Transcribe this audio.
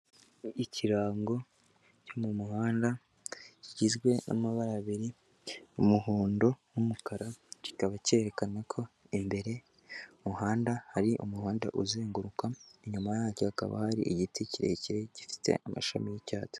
Ikirango cyo mu muhanda kigizwe n'amabara abiri umuhondo n'umukara, kikaba cyerekana ko imbere m muhanda hari umuhanda uzenguruka, inyuma yacyo hakaba hari igiti kirekire gifite amashami y'icyatsi.